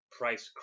price